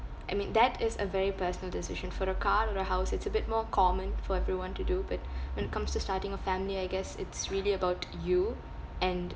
I mean that is a very personal decision for a car or a house it's a bit more common for everyone to do but when comes to starting a family I guess it's really about you and